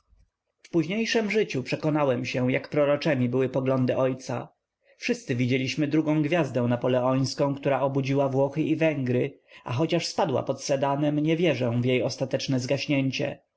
umarł w późniejszem życiu przekonałem się jak proroczemi były poglądy ojca wszyscy widzieliśmy drugą gwiazdę napoleońską która obudziła włochy i węgry a chociaż spadła pod sedanem nie wierzę w jej ostateczne zagaśnięcie